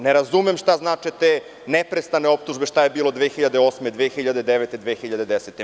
Ne razumem šta znače te neprestane optužbe šta je bilo 2008, 2009, 2010. godine.